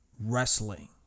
wrestling